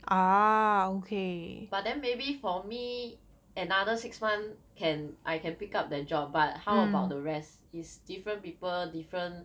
but then maybe for me another six month can I can pick up the job but how about the rest is different people different